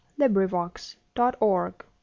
LibriVox.org